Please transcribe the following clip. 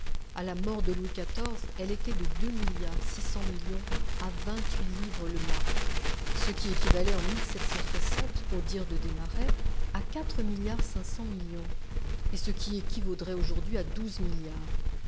à la mort de louis xiv elle était de deux milliards six cents millions à vingt-huit livres le marc ce qui équivalait en au dire de desmarets à quatre milliards cinq cents millions et ce qui équivaudrait aujourd'hui à douze milliards